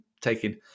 taking